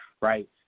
right